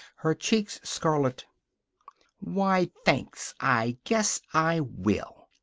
her cheeks scarlet why, thanks. i guess i will.